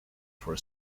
for